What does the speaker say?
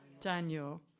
Daniel